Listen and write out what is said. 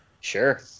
sure